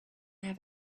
have